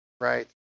Right